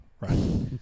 Right